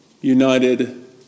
united